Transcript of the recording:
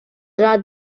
dla